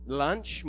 lunch